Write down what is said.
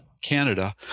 Canada